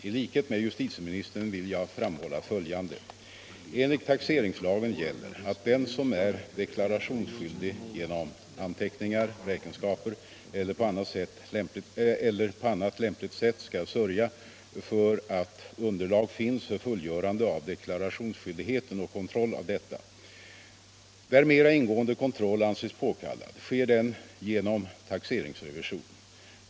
I likhet med justitieministern vill jag framhålla följande. Enligt taxeringslagen gäller att den som är deklarationsskyldig genom anteckningar, räkenskaper eller på annat lämpligt sätt skall sörja för att underlag finns för fullgörande av deklarationsskyldigheten och kontroll av detta. Där mera ingående kontroll anses påkallad sker den genom taxeringsrevision.